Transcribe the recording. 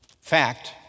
Fact